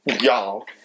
y'all